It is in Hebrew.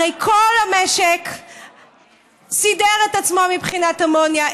הרי כל המשק סידר את עצמו מבחינת אמוניה,